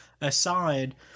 aside